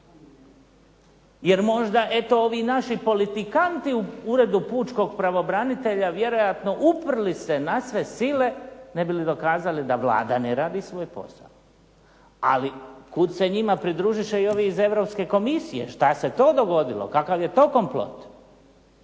jer možda eto ovi naši politikanti u Uredu pučkog pravobranitelja vjerojatno uprli se na sve sile ne bi li dokazali da Vlada ne radi svoj posao. Ali kud se njima pridružiše i ovi iz Europske komisije. Šta se to dogodilo? Kakav je to komplot?